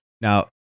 now